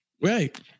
Right